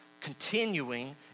continuing